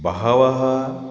बहवः